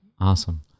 Awesome